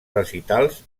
recitals